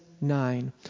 nine